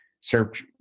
search